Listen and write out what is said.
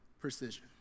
precision